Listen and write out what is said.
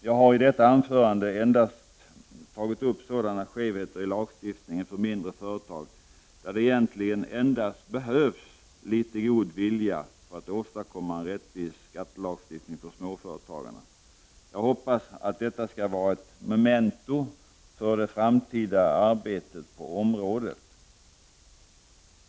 Jag har i detta anförande endast tagit upp sådana skevheter i skattelagstiftningen för mindre företag som egentligen endast kräver litet god vilja för att en rättvis skattelagstiftning för småföretagarna skall kunna åstadkommas. Jag hoppas detta skall vara ett memento för det framtida arbetet på området.